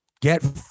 get